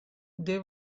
they